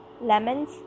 lemons